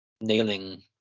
nailing